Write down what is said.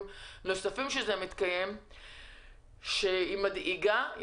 נוספים שסובלים מהתופעה המדאיגה הזו.